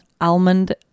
almond